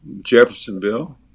Jeffersonville